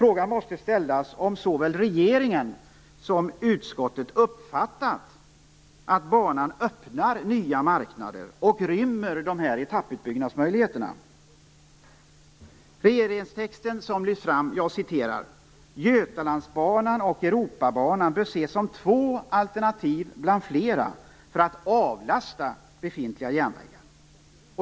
Man måste ställa en fråga: Har regeringen och utskottet uppfattat att banan öppnar nya marknader och rymmer dessa etapputbyggnadsmöjligheter? I regeringstexten står det: "Götalandsbanan och Europabanan bör ses som två alternativ bland flera för att avlasta befintliga järnvägar."